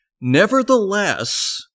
Nevertheless